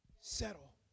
Settle